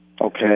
okay